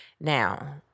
Now